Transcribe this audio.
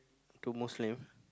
to Muslim